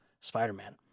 Spider-Man